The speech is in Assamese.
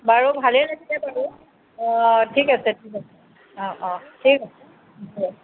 বাৰু ভালে হৈছে বাৰু অ ঠিক আছে ঠিক আছে অ অ ঠিক আছে অ